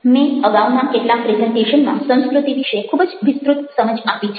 મેં અગાઉના કેટલાક પ્રેઝન્ટેશનમાં સંસ્કૃતિ વિશે ખૂબ જ વિસ્તૃત સમજ આપી છે